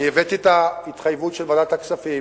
אני הבאתי את ההתחייבות של ועדת הכספים,